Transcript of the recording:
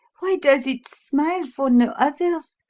why does it smile for no others?